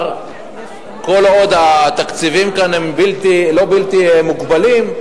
כל עוד התקציבים כאן הם לא בלתי מוגבלים,